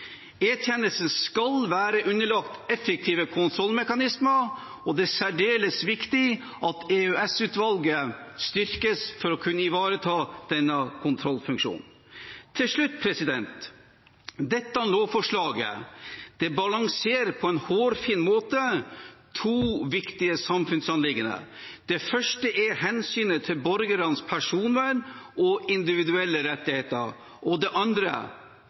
skal være underlagt effektive kontrollmekanismer, og det er særdeles viktig at EOS-utvalget styrkes for å kunne ivareta denne kontrollfunksjonen. Til slutt: Dette lovforslaget balanserer på en hårfin måte to viktige samfunnsanliggender. Det første er hensynet til borgernes personvern og individuelle rettigheter, og det andre